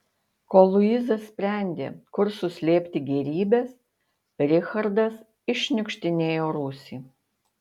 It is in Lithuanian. kol luiza sprendė kur suslėpti gėrybes richardas iššniukštinėjo rūsį